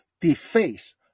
deface